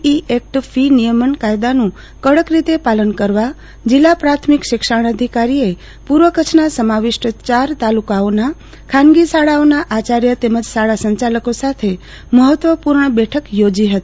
આઈ act free નિયમન કાયદાનું કડક રીતે પાલન કરવા જીલ્લા પ્રાથમિક શિક્ષણધિકારીઓના પૂર્વ કરછના સમાવિષ્ટ ચાર તાલુકા ખાનગી શાળાઓના આચાર્યો તેમજ શાળા સંચાલકો સાથે મહત્વપૂર્ણ બેઠક થોજી હતી